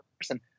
person